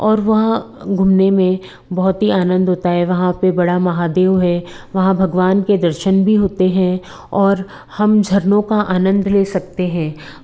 और वहाँ घूमने में बहुत ही आनंद होता है वहाँ पर बड़ा महादेव है वहाँ भगवान के दर्शन भी होते हैं और हम झरनों का आनंद भी ले सकते हैं